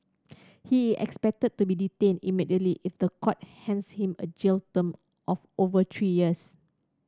he expected to be detained immediately if the court hands him a jail term of over three years